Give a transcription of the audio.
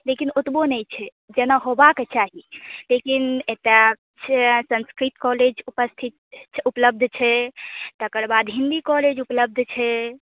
लेकिन ओतबो नहि छै जेना होयबाके चाही लेकिन एतऽ संस्कृत कॉलेज उपस्थित उपलब्ध छै तकरबाद हिन्दी कॉलेज उपलब्ध छै